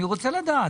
אני רוצה לדעת.